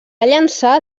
llançar